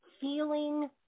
feeling